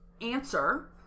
answer